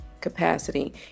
capacity